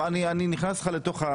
בכל מקרה הם כתבו כאן